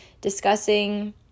discussing